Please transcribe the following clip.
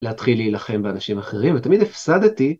להתחיל להילחם באנשים אחרים ותמיד הפסדתי.